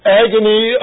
agony